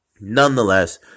Nonetheless